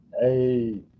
hey